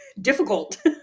difficult